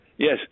Yes